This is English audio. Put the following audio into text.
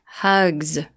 Hugs